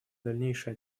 дальнейшей